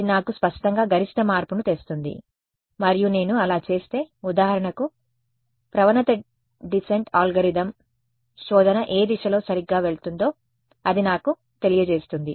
ఇది నాకు స్పష్టంగా గరిష్ట మార్పును తెస్తుంది మరియు నేను అలా చేస్తే ఉదాహరణకు ప్రవణత డిసెంట్ అల్గోరిథం శోధన ఏ దిశలో సరిగ్గా వెళ్తుందో అది నాకు తెలియజేస్తుంది